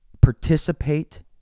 participate